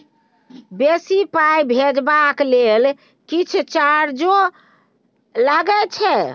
बेसी पाई भेजबाक लेल किछ चार्जो लागे छै?